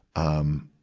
um,